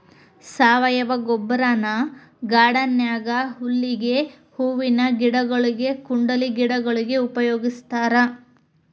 ಸಾವಯವ ಗೊಬ್ಬರನ ಗಾರ್ಡನ್ ನ್ಯಾಗ ಹುಲ್ಲಿಗೆ, ಹೂವಿನ ಗಿಡಗೊಳಿಗೆ, ಕುಂಡಲೆ ಗಿಡಗೊಳಿಗೆ ಉಪಯೋಗಸ್ತಾರ